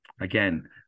again